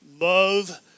love